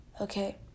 Okay